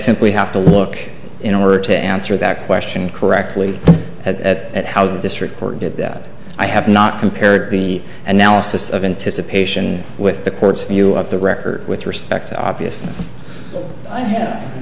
simply have to look in order to answer that question correctly at how the district court did that i have not compared the analysis of anticipation with the court's view of the record with respect to obvious